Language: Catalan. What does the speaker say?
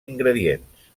ingredients